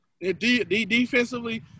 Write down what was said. Defensively